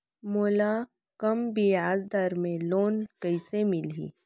मोला कम ब्याजदर में लोन कइसे मिलही?